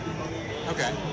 Okay